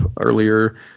earlier